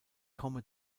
komme